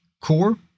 core